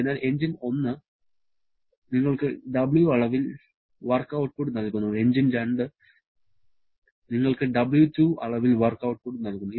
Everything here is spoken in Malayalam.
അതിനാൽ എഞ്ചിൻ 1 നിങ്ങൾക്ക് W അളവിൽ വർക്ക് ഔട്ട്പുട്ട് നൽകുന്നു എഞ്ചിൻ 2 നിങ്ങൾക്ക് W2 അളവിൽ വർക്ക് ഔട്ട്പുട്ട് നൽകുന്നു